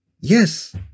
Yes